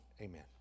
Amen